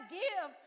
give